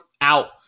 out